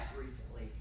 recently